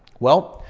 well,